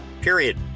period